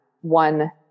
one